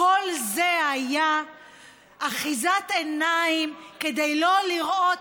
כל זה היה אחיזת עיניים כדי לא לראות